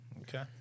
Okay